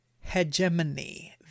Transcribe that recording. hegemony